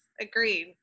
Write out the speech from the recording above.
agreed